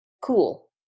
cool